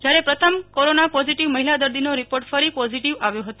જ્યારે પ્રથમ corona positive મહિલા દર્દીનો રિપોર્ટ ફરી પોઝિટીવ આવ્યો હતો